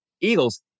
Eagles